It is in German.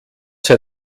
sei